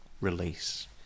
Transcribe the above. release